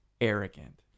arrogant